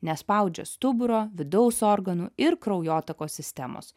nespaudžia stuburo vidaus organų ir kraujotakos sistemos